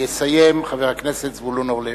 ויסיים, חבר הכנסת זבולון אורלב,